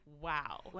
wow